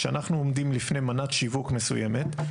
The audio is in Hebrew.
כשאנחנו עומדים לפני מנת שיווק מסוימת,